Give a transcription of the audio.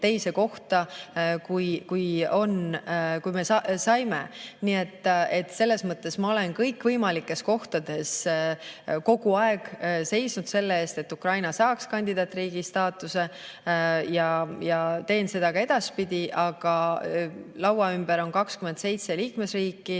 teise kohta kui see, kuhu me olime jõudnud. Ma olen kõikvõimalikes kohtades kogu aeg seisnud selle eest, et Ukraina saaks kandidaatriigi staatuse, ja teen seda ka edaspidi. Aga laua ümber on 27 liikmesriiki